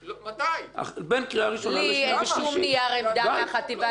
בין ראשונה לשנייה ושלישית.